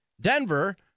Denver